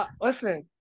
listen